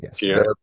Yes